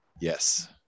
yes